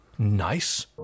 Nice